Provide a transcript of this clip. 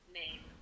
name